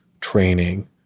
training